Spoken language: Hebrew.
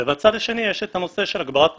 ומהצד השני יש את הנושא של הגברת התחרותיות.